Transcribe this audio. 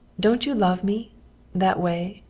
don't you love me that way?